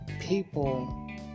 People